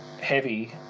heavy